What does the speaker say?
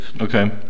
Okay